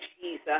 Jesus